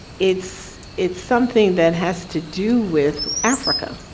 it's it's something that has to do with africa,